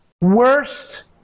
worst